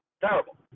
Terrible